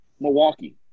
Milwaukee